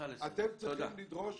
אתם צריכים לדרוש